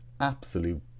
absolute